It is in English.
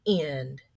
end